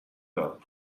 دارم